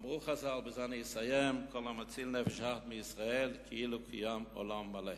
אמרו חז"ל: כל המציל נפש אחת מישראל כאילו קיים עולם מלא.